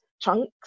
chunks